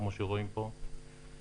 כמו שרואים פה,